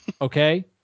Okay